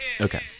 Okay